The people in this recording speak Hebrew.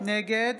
נגד